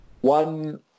One